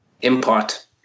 Import